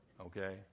Okay